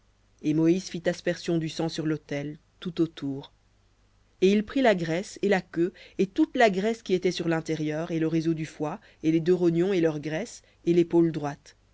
et moïse fit aspersion du sang sur l'autel tout autour et il prit la graisse et la queue et toute la graisse qui était sur l'intérieur et le réseau du foie et les deux rognons et leur graisse et l'épaule droite